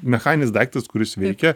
mechaninis daiktas kuris veikia